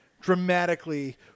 dramatically